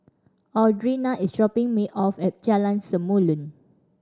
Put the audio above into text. Audrina is dropping me off at Jalan Samulun